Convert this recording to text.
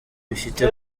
bifite